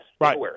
Right